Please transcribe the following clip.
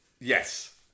Yes